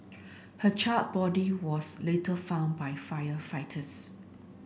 her charred body was later found by firefighters